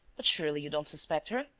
but surely you don't suspect her?